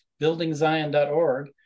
buildingZion.org